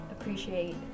appreciate